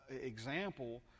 example